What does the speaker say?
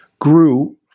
grew